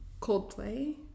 Coldplay